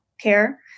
care